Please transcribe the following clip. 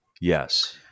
Yes